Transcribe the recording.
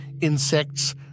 insects